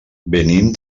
venim